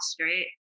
right